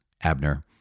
Abner